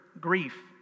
grief